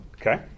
Okay